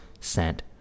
sent